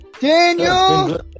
Daniel